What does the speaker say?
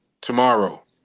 tomorrow